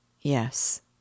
Yes